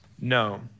no